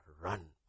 run